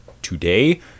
today